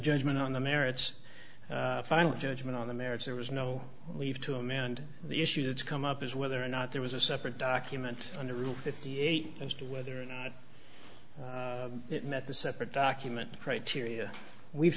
judgment on the merits final judgment on the merits there was no leave to amend the issue that's come up is whether or not there was a separate document under rule fifty eight as to whether or not it met the separate document criteria we've